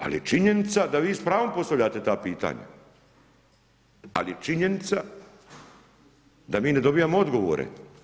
Ali činjenica da vi s pravom postavljate ta pitanja, ali činjenica da mi ne dobijamo odgovore.